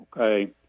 okay